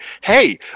hey